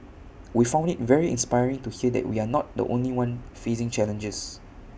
we found IT very inspiring to hear that we are not the only one facing challenges